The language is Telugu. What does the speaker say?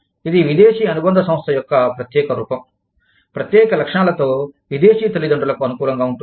ఇది విదేశీ అనుబంధ సంస్థ యొక్క ప్రత్యేక రూపం ప్రత్యేక లక్షణాలతో విదేశీ తల్లిదండ్రులకు అనుకూలంగా ఉంటుంది